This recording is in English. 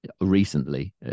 recently